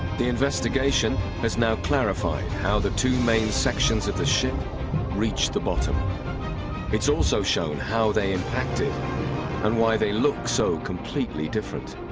the investigation has now clarified how the two main sections of the ship reached the bottom it's also shown how they impacted and why they look so completely different